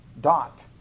Dot